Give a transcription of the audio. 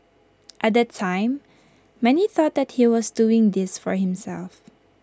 at that time many thought that he was doing this for himself